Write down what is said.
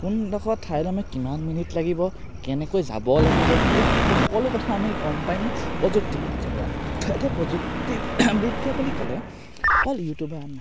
কোনডোখৰ ঠাইত আমাৰ কিমান মিনিট লাগিব কেনেকৈ যাব লাগিব এই সকলো কথা আমি গম পাম প্ৰযুক্তিবিদ্যা আৰু প্ৰযুক্তিবিদ্যা বুলি ক'লে অকল ইউটিউবেই নহয়